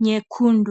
nyekundu.